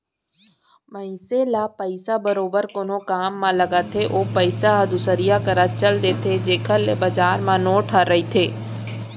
मनसे ल पइसा बरोबर कोनो काम म लगथे ओ पइसा ह दुसरइया करा चल देथे जेखर ले बजार म नोट ह रहिथे